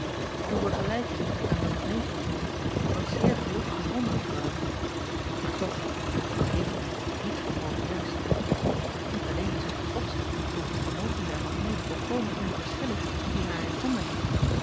w vergelijking aan de magneet ontleend was zeer gelukkig gevonden reule maar toch vergeef mij niet volkomen juist iet alleen is het met opzet tot het vermogen der magneet volkomen onverschillig wie haar in handen heeft